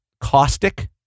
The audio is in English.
caustic